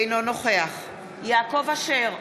אינו נוכח יעקב אשר,